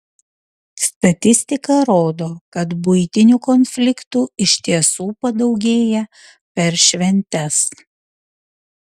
statistika rodo kad buitinių konfliktų iš tiesų padaugėja per šventes